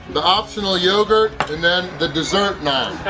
the optional yogurt and then the dessert nine